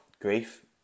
grief